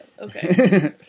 Okay